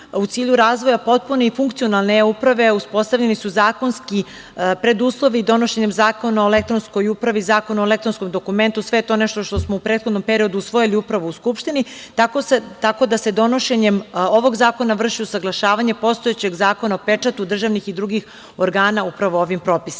U cilju razvoja potpune i funkcionalne e-Uprave uspostavljeni su zakonski preduslovi donošenjem Zakona o elektronskoj upravi i Zakona o elektronskom dokumentu. Sve je to nešto što smo u prethodnom periodu usvojili upravo u Skupštini, tako da se donošenjem ovog zakona vrši usaglašavanje postojećeg Zakona o pečatu državnih i drugih organa upravo ovim propisima. Predlog